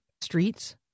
streets